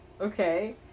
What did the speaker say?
Okay